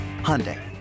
Hyundai